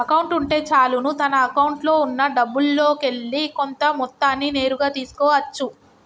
account ఉంటే చాలును తన అకౌంట్లో ఉన్నా డబ్బుల్లోకెల్లి కొంత మొత్తాన్ని నేరుగా తీసుకో అచ్చు